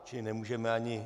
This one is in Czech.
Čili nemůžeme ani...